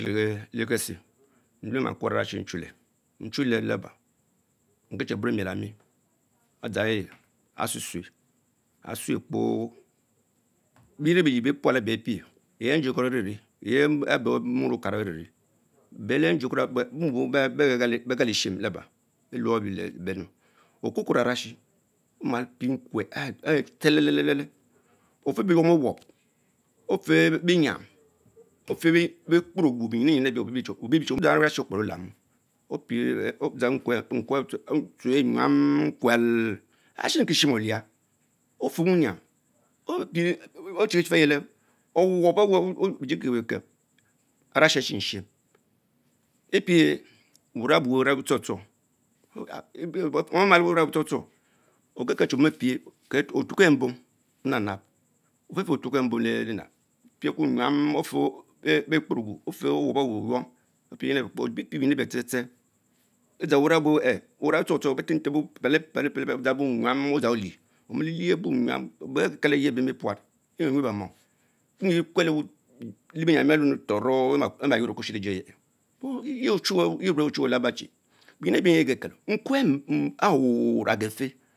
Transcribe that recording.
Lekese mlue maa kurr arashi nchile nehule laba, ndzams the burie miel ami ketsue tsue, Atsuekpo bene bompin bepul ebich apich. yeh njickoro averie, yes muorr okara anene, beh le muon elr bekalisnin belich ebenu, okukun araswie oma bie nkwee are tsetele lele, ofeh beyuom owop, ofen benyam, afeh beikporogu afeh nyinyina Elgang ara s'have Okperr olamus, odjan nkuch ah otsuch kul led ashinkisin Olien, ofen wuyan achickie chie fen eyere, owop even bejle bie Kemiken arasine nyan ah shum Shin epiche warang obu etchong chong omama le wurang tehong tchong okekel chie on mie pich otuch Kambam onab nab, ofch fen ofue Kembom le enchali, opieku enajam ofen ekporogu afell owopenwen oyom, Detrie benys eloia the the the adsans wurang ebuch bas warang etchour tchong ban tempe temp pele pele pele adgang bom enyan odgang olich, omile Lies enyam yeh Kekele yeh ebe-bemen enquenye bemos, nyin Kwedo Lebienyon emionum torch sho yuur kubishi lejieye, yeu que echunch laba chie beyin epi ebich egekelo, nkwe aré wurowuroo agefeh.,